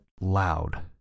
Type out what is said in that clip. loud